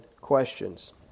questions